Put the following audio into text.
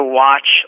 watch